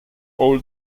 all